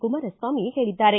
ಕುಮಾರಸ್ವಾಮಿ ಹೇಳಿದ್ದಾರೆ